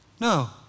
No